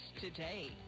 today